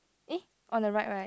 eh on the right right